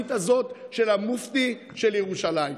הגזענית הזאת של המופתי של ירושלים.